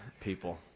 people